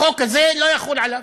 החוק הזה לא יחול עליו.